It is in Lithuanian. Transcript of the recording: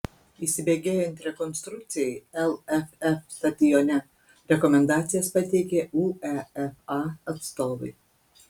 įsibėgėjant rekonstrukcijai lff stadione rekomendacijas pateikė uefa atstovai